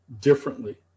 differently